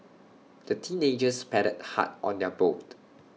the teenagers paddled hard on their boat